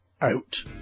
out